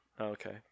Okay